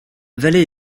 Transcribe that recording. vallée